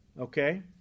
Okay